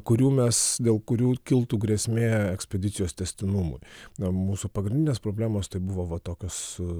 kurių mes dėl kurių kiltų grėsmė ekspedicijos tęstinumui na mūsų pagrindinės problemos tai buvo va tokios